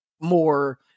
more